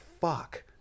fuck